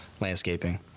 Landscaping